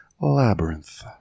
labyrinth